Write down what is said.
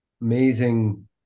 amazing